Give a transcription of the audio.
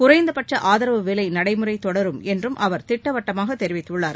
குறைந்தபட்ச ஆதரவு விலை நடைமுறை தொடரும் என்றும் அவர் திட்டவட்டமாக தெரிவித்துள்ளார்